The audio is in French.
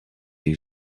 les